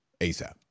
ASAP